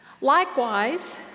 Likewise